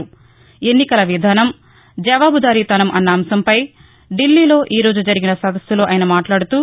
ఎన్నికల విధాసం జవాబుదారీతనం అన్న అంశంపై ఢిల్లీలో ఈరోజు జరిగిన సదస్సులో ఆయన మాట్లాడుతూ